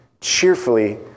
cheerfully